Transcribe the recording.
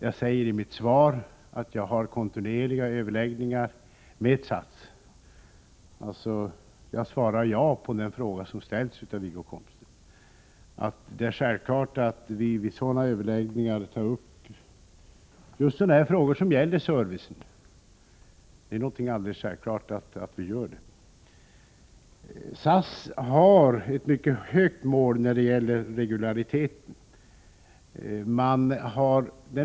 Jag säger i mitt svar att jag kontinuerligt har överläggningar med SAS. Jag svarar alltså ja på den fråga som Wiggo Komstedt ställt. Det är självklart att vi vid sådana överläggningar tar upp just servicefrågor. SAS har satt målet mycket högt när det gäller regulariteten.